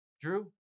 Drew